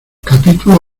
capítulos